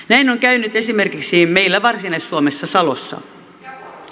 näin on käynyt esimerkiksi meillä varsinais suomessa salossa